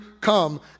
come